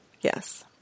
Yes